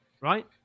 Right